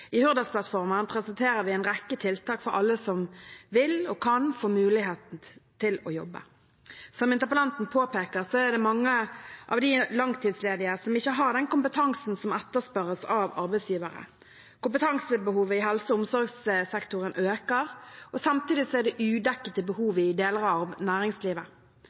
I Hurdalsplattformen presenterer vi en rekke tiltak for at alle som vil og kan skal få mulighet til å jobbe. Som interpellanten påpeker, er det mange av de langtidsledige som ikke har den kompetansen som etterspørres av arbeidsgivere. Kompetansebehovet i helse- og omsorgssektoren øker. Samtidig er det udekkede behov i deler av næringslivet.